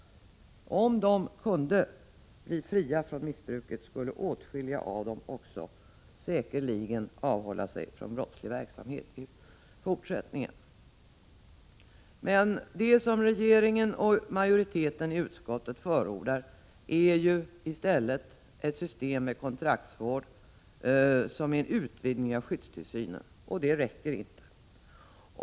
Om de kunde bli fria från missbruket skulle åtskilliga av dem också säkerligen avhålla sig från brottslig verksamhet i fortsättningen. Men det som regeringen och majoriteten i utskottet förordar är ju i stället ett system med kontraktsvård som innebär en utvidgning av skyddstillsynen. Och det räcker inte.